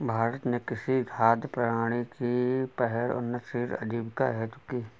भारत ने कृषि खाद्य प्रणाली की पहल उन्नतशील आजीविका हेतु की